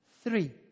three